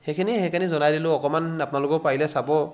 সেইখিনি জনাই দিলোঁ অকণমান আপোনালোকেও পাৰিলে চাব